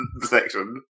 section